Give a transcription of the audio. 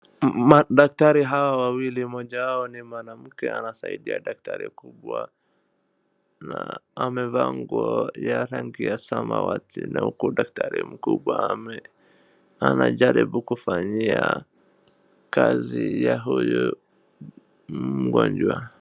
Madaktari hawa wawili, mmoja wao ni mwanamke anasaidia daktari kubwa na amevaa nguo ya rangi ya samawati na huku daktari mkubwa ame, anajaribu kufanyia kazi ya huyu mgonjwa.